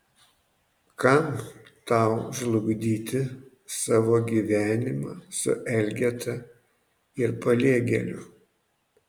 kam tau žlugdyti savo gyvenimą su elgeta ir paliegėliu